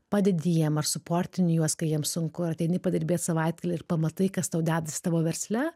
padedi jiem ar suportini juos kai jiem sunku ar ateini padirbėt savaitgalį ir pamatai kas tau dedasi tavo versle